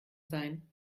sein